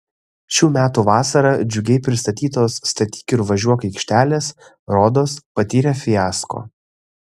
šių metų vasarą džiugiai pristatytos statyk ir važiuok aikštelės rodos patyrė fiasko